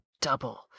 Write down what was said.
Double